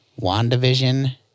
WandaVision